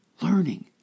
learning